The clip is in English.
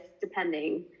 depending